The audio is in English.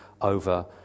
over